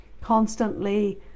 constantly